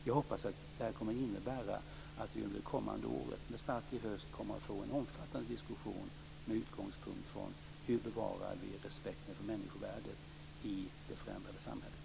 Jag hoppas att detta kommer att innebära att vi under det kommande året, med start i höst, kommer att få en omfattande diskussion med utgångspunkt i hur vi bevarar respekten för människovärdet i det förändrade samhället.